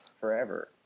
Forever